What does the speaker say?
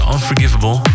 Unforgivable